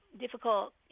difficult